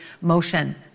motion